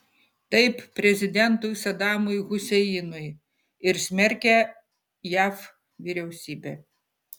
taip prezidentui sadamui huseinui ir smerkė jav vyriausybę